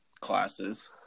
classes